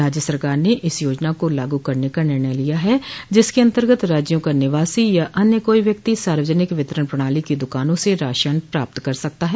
राज्य सरकार ने इस योजना को लागू करने का निर्णय लिया है जिसके अंतर्गत राज्यों का निवासी या अन्य कोई व्यक्ति सार्वजनिक वितरण प्रणाली की द्कानों से राशन प्राप्त कर सकता है